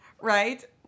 Right